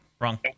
Wrong